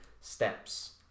steps